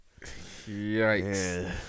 Yikes